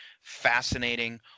fascinating